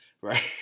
right